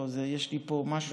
לא, יש לי פה משהו